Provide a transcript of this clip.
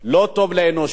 לא טוב לאנושות,